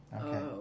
Okay